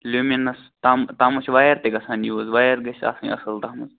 luminous تتھ تتھ مَنٛز چھِ وَیَر تہِ گَژھان یوٗز وَیَر گَژھِ آسن اصل تتھ مَنٛز